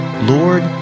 Lord